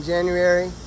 January